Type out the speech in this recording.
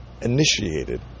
initiated